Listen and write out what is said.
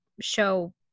show